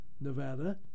Nevada